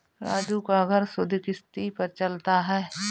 राजू का घर सुधि किश्ती पर ही चलता है